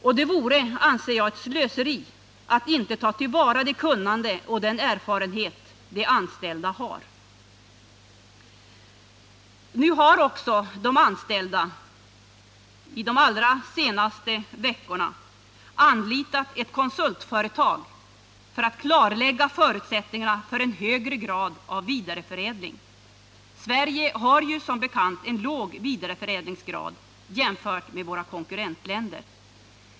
Och det vore, anser jag, slöseri att inte ta till vara det kunnande och den erfarenhet som de anställda har. De anställda har också under de allra senaste veckorna anlitat ett konsultföretag för att klarlägga förutsättningarna för en högre grad av vidareförädling. Sverige har ju som bekant låg vidareförädlingsgrad jämfört med våra konkurrentländer.